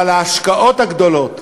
אבל ההשקעות הגדולות,